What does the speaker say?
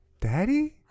Daddy